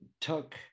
took